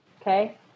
okay